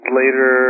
later